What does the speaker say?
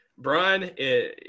Brian